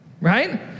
right